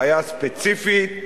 בעיה ספציפית.